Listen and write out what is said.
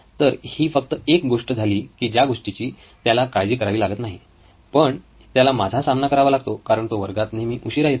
तर ही फक्त एक गोष्ट झाली की ज्या गोष्टीची त्याला काळजी करावी लागत नाही पण त्याला माझा सामना करावा लागतो कारण तो वर्गात नेहमी उशिरा येतो